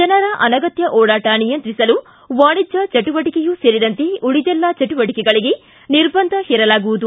ಜನರ ಅನಗತ್ಯ ಓಡಾಟ ನಿಯಂತ್ರಿಸಲು ವಾಣಿಜ್ಯ ಚಟುವಟಿಕೆಯೂ ಸೇರಿದಂತೆ ಉಳಿದೆಲ್ಲ ಚಟುವಟಿಕೆಗಳಿಗೆ ನಿರ್ಬಂಧ ಹೇರಲಾಗುವುದು